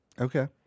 Okay